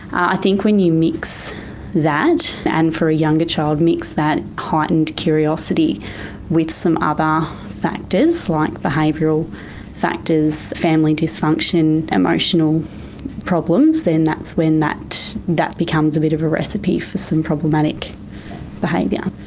i think when you mix that, and for a younger child mix that heightened curiosity with some other factors like behavioural factors, family dysfunction, emotional problems, that's when that that becomes a bit of a recipe for some problematic behaviour.